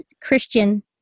Christian